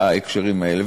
בהקשרים האלה.